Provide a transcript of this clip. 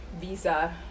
visa